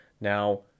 Now